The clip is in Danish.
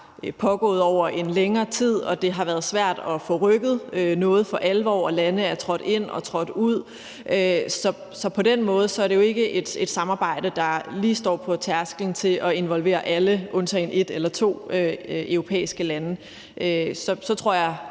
pågået over længere tid og det har været svært at få rykket noget for alvor og lande er trådt ind og trådt ud. Så på den måde er det jo ikke et samarbejde, der lige står på tærsklen til at involvere alle undtagen et eller to europæiske lande. Så tror jeg